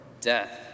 death